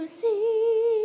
see